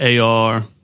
AR